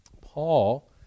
Paul